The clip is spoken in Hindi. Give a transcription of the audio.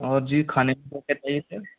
और जी खाने क्या क्या चाहिए सर